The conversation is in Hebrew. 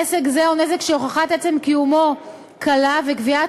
נזק זה הוא נזק שהוכחת עצם קיומו קלה וקביעת